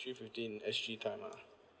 three fifteen S_G time ah